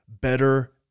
better